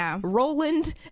Roland